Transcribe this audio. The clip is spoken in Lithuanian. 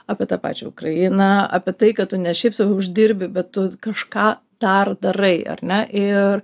apie tą pačią ukrainą apie tai kad tu ne šiaip sau uždirbi bet tu kažką dar darai ar ne ir